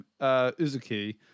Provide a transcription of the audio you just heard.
Uzuki